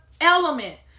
element